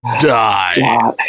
die